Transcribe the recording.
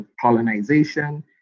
colonization